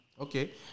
Okay